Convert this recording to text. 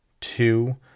two